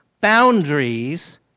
boundaries